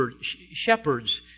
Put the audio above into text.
shepherds